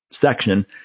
section